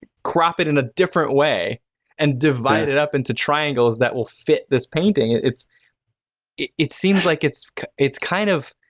crop it in a different way and divide it up into triangles that will fit this painting. it it seems like, it's it's kind of